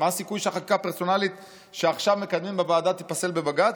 מה הסיכוי שחקיקה פרסונלית שמקדמים עכשיו בוועדה תיפסל בבג"ץ?